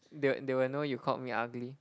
they will they will know you called me ugly